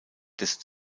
dessen